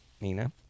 Nina